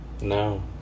no